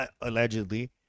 allegedly